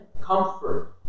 comfort